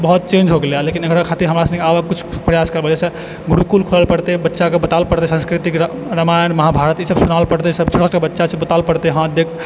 बहुत चेन्ज होइ गेलै हँ लेकिन एकरा खातिर हमरा सबके किछु प्रयास करय पड़त जैसे गुरुकुल खोलय लए पड़तै बच्चाकेँ बताबऽ लए पड़तै संस्कृतिके रामायण महाभारत ई सब सुनाबय पड़तै जते छोटा छोटा बच्चा छै बताबय लए पड़तै हँ देख